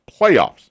playoffs